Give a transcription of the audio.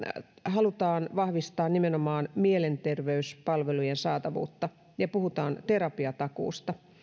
halutaan vahvistaa nimenomaan mielenterveyspalvelujen saatavuutta ja puhutaan terapiatakuusta